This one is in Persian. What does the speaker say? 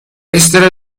اشتراک